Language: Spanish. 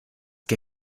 que